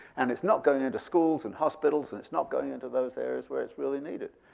and it's not going into schools and hospitals, and it's not going into those areas where it's really needed.